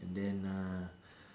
and then uh